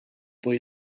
boy